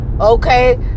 Okay